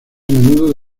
menudo